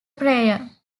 prayer